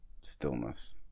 stillness